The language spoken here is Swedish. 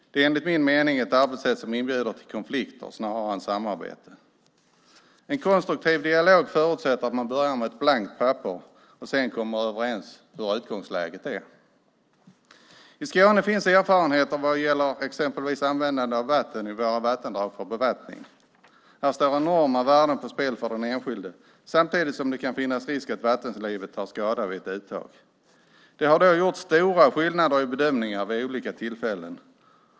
Det är enligt min mening ett arbetssätt som inbjuder till konflikter snarare än samarbete. En konstruktiv dialog förutsätter att man börjar med ett blankt papper och sedan kommer överens om hur utgångsläget är. I Skåne finns erfarenheter vad gäller exempelvis användandet av våra vattendrag för bevattning. Här står enorma värden på spel för den enskilde, samtidigt som det kan finnas risk att vattenlivet tar skada vid ett uttag. Det har då funnits stora skillnader mellan bedömningarna vid olika tillfällen.